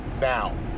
now